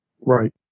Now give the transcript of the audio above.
Right